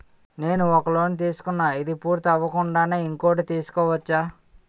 నేను ఒక లోన్ తీసుకున్న, ఇది పూర్తి అవ్వకుండానే ఇంకోటి తీసుకోవచ్చా?